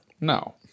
No